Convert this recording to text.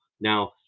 Now